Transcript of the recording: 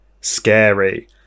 scary